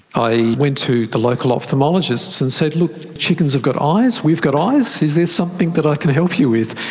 i went to the local ophthalmologists and said, look, chickens have got eyes, we've got eyes is there something that i can help you with?